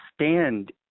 stand